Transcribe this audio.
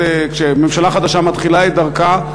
כשממשלה חדשה מתחילה את דרכה,